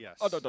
Yes